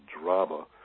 drama